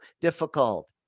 difficult